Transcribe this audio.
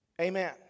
Amen